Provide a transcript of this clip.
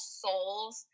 souls